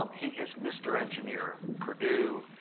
um he is mr. engineer purdue,